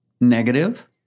negative